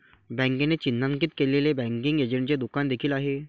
बँकेने चिन्हांकित केलेले बँकिंग एजंटचे दुकान देखील आहे